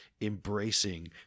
embracing